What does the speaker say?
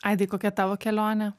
aidai kokia tavo kelionė